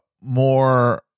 more